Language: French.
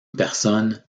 personne